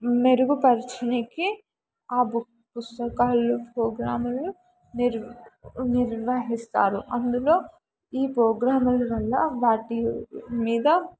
మెరుగుపరచటానికి ఆ బుక్ పుస్తకాలు ప్రోగ్రాములు నిర్ నిర్వహిస్తారు అందులో ఈ ప్రోగ్రాముల వల్ల వాటి మీద